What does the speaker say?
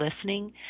listening